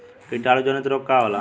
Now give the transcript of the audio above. कीटाणु जनित रोग का होला?